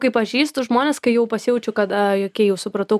kai pažįstu žmones kai jau pasijaučiu kada okei jau supratau